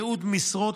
ייעוד משרות,